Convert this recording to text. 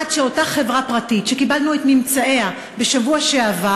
עד שאותה חברה פרטית שקיבלנו את ממצאיה בשבוע שעבר